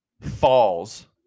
falls